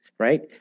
Right